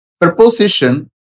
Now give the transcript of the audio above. preposition